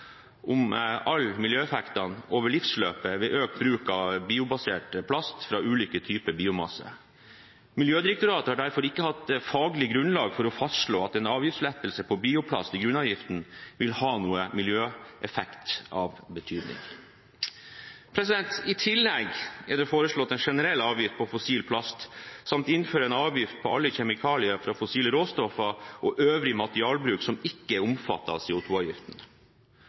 om alle miljøeffektene over livsløpet ved økt bruk av biobasert plast fra ulike typer biomasse. Miljødirektoratet har derfor ikke hatt faglig grunnlag for å fastslå at en avgiftslettelse på bioplast i grunnavgiften vil ha noen miljøeffekt av betydning. I tillegg er det foreslått en generell avgift på fossil plast samt å innføre en avgift på alle kjemikalier fra fossile råstoff og øvrig materialbruk som ikke